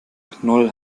knoll